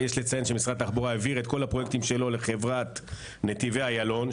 יש לציין שמשרד התחבורה העביר את כל הפרויקטים שלו לחברת נתיבי איילון,